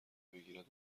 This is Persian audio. بگیرد